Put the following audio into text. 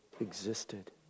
existed